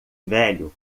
velho